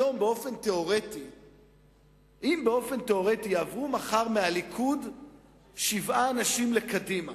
באופן תיאורטי -יעברו מחר מהליכוד שבעה אנשים לקדימה